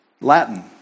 Latin